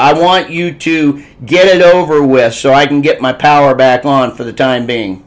i want you to get it over with so i can get my power back on for the time being